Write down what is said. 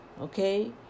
Okay